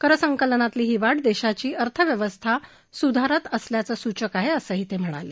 करसंकलनातली ही वाढ देशाची अर्थव्यवस्था सुधारत असल्याचं सूचक आहे असंही ते म्हणाले